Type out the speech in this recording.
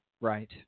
Right